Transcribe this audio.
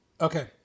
Okay